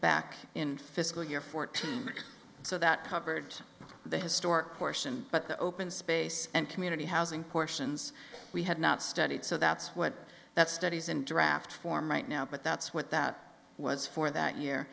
back in fiscal year fourteen so that covered the historic portion but the open space and community housing portions we had not studied so that's what that's studies in draft form right now but that's what that was for that year